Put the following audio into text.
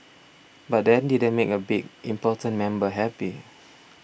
but that didn't make a big important member happy